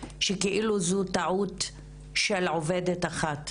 שכאילו זו טעות של עובדת אחת,